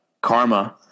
karma